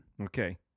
Okay